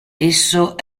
esso